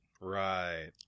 Right